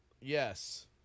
Yes